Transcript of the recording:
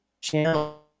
channel